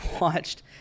watched